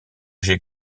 j’ai